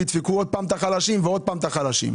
וידפקו עוד פעם את החלשים ועוד פעם את החלשים.